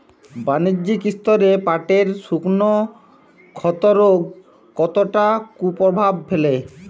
বাণিজ্যিক স্তরে পাটের শুকনো ক্ষতরোগ কতটা কুপ্রভাব ফেলে?